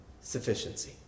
sufficiency